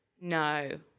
No